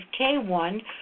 K1